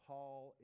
Paul